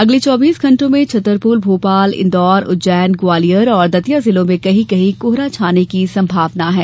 अगले चौबीस घण्टों में छतरपुर भोपाल इंदौर उज्जैन ग्वालियर और दतिया जिलों में कहीं कहीं कोहरा छाने की संभावना है